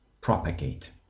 propagate